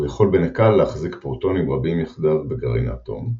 הוא יכול בנקל להחזיק פרוטונים רבים יחדיו בגרעין האטום,